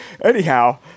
Anyhow